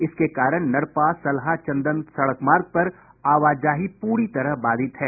इसके कारण नरपा सलहा चंदन सड़क मार्ग पर आवाजाही पूरी तरह बाधित है